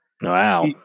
Wow